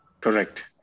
Correct